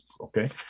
Okay